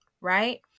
right